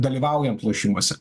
dalyvaujant lošimuose